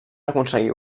aconseguir